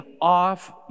off